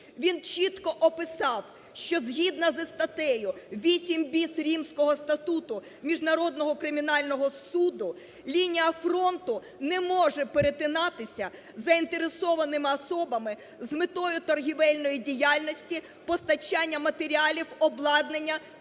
Він чітко описав, що згідно із статтею 8-біс Римського статуту Міжнародного кримінального суду, лінія фронту не може перетинатися заінтересованими особами з метою торгівельної діяльності, постачання матеріалів, обладнання,